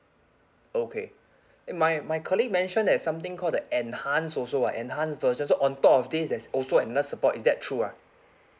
okay eh my my colleague mentioned there is something called the enhanced also ah enhanced version so on top of this there's also another support is that true ah